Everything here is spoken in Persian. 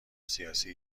سیاسی